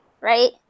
right